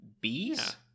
bees